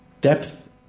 depth